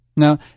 Now